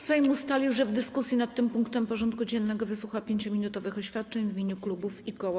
Sejm ustalił, że w dyskusji nad tym punktem porządku dziennego wysłucha 5-minutowych oświadczeń w imieniu klubów i koła.